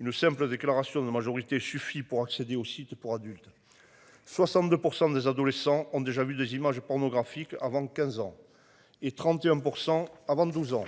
Une simple déclaration de majorité suffit pour accéder aux sites pour adultes. 62% des adolescents ont déjà vu des images pornographiques avant 15 ans et 31% avant 12 ans.